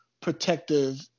protective